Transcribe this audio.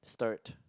Sturt